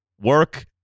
work